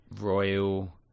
Royal